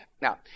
Now